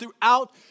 throughout